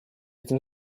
этим